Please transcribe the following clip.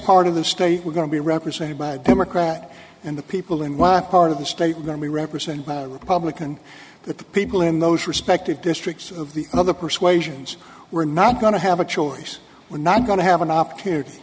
part of the state were going to be represented by a democrat and the people in my part of the state were going to be represented by a republican that the people in those respective districts of the other persuasions were not going to have a choice we're not going to have an opportunity